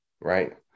Right